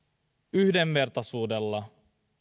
yhdenvertaisuudella